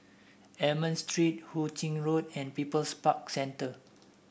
Almond Street Hu Ching Road and People's Park Centre